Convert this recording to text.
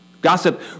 Gossip